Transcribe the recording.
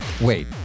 Wait